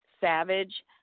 savage